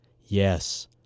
Yes